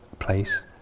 place